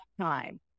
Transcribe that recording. time